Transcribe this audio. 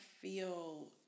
feel